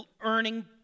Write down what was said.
earning